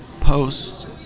posts